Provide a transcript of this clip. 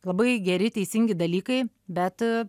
labai geri teisingi dalykai bet